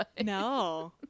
No